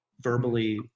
verbally